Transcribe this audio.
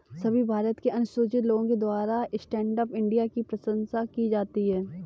सभी भारत के अनुसूचित लोगों के द्वारा स्टैण्ड अप इंडिया की प्रशंसा की जाती है